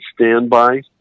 standby